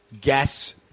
guess